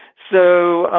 so,